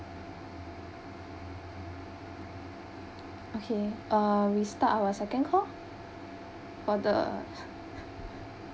okay uh we start our second call for the